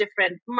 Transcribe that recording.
different